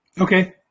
Okay